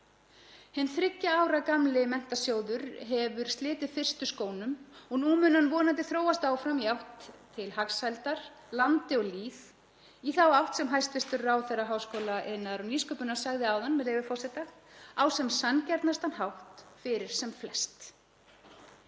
Hinn þriggja ára gamli Menntasjóður hefur slitið fyrstu skónum og nú mun hann vonandi þróast áfram í átt til hagsældar fyrir land og lýð og í þá átt sem hæstv. ráðherra háskóla, iðnaðar og nýsköpunar sagði áðan, með leyfi forseta: Á sem sanngjarnastan hátt fyrir flest.